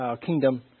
kingdom